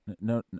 No